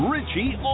Richie